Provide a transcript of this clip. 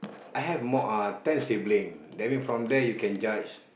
I have more uh ten sibling that mean from there you can judge